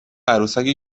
عروسکی